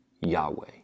yahweh